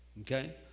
Okay